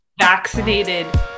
vaccinated